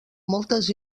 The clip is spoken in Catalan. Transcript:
moltes